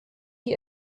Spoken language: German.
die